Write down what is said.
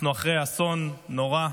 אנחנו אחרי אסון נורא,